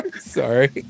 Sorry